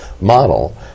model